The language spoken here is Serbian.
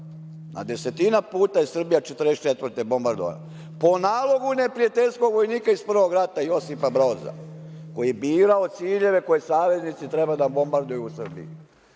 a desetina puta je Srbija 1944. godine bombardovana, po nalogu neprijateljskog vojnika iz prvog rata Josipa Broza koji je birao ciljeve koje saveznici treba da bombarduju u Srbiji.